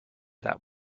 that